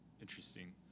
Interesting